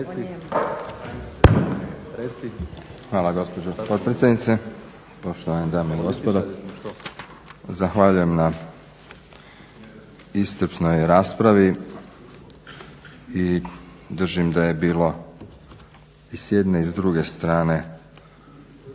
Hvala gospođo potpredsjednice, poštovane dame i gospodo. Zahvaljujem na iscrpnoj raspravi i držim da je bilo s jedne i s druge strane